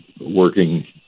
working